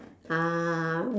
ah